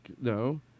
No